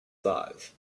size